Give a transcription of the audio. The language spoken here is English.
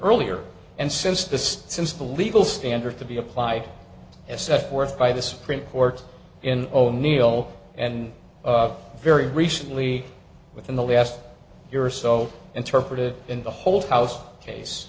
earlier and since this since the legal standard to be applied as set forth by the supreme court in o'neil and very recently within the last year or so interpreted in the whole house case